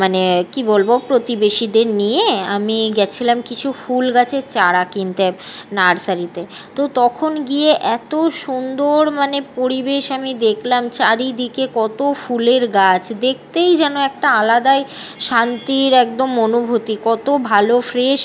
মানে কী বলবো প্রতিবেশীদের নিয়ে আমি গেছিলাম কিছু ফুল গাছের চারা কিনতে নার্সারিতে তো তখন গিয়ে এত সুন্দর মানে পরিবেশ আমি দেখলাম চারিদিকে কত ফুলের গাছ দেখতেই যেন একটা আলাদাই শান্তির একদম অনুভূতি কত ভালো ফ্রেশ